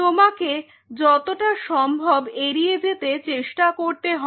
তোমাকে যতটা সম্ভব এড়িয়ে যেতে চেষ্টা করতে হবে